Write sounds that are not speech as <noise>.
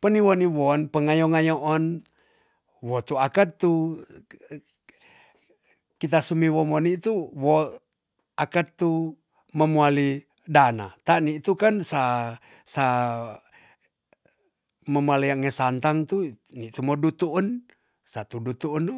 Peniwon niwon pengayo ngayoon wo akat tu <hesitation> kita sumiwo mo nitu wo akat tu mamuali dana. tan nitu kan sa- sa memealenge santang tu ni tu modutu en satu dutuun no